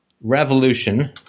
Revolution